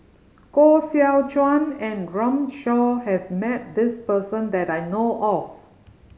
Koh Seow Chuan and Runme Shaw has met this person that I know of